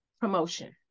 promotion